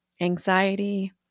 anxiety